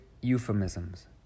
euphemisms